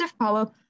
power